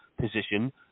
position